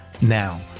Now